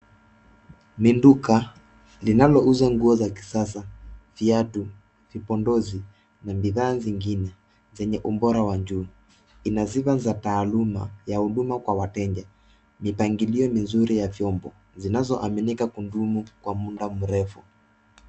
Ni duka linalo uza nguo za kisasa, viatu, vipodozi na bidhaa zingine zenye ubora wa juu. Ina zile za taaluma ya huduma kwa wateja. Mipangilio mizuri ya vyombo vinaotambulika kwa kudumu kwa muda mrefu.